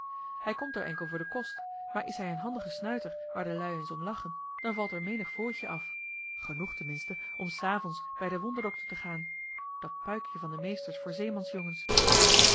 hij komt er enkel voor den kost maar is hij een handige snuiter waar de joh h been paddeltje de scheepsjongen van michiel de ruijter lui eens om lachen dan valt er menig fooitje af genoeg ten minste om s avonds bij den wonderdokter te gaan dat puikje van de meesters voor